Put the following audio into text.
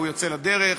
והוא יוצא לדרך,